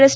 S